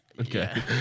okay